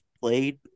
played